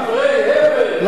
לך, תשקול את הדברים שלך.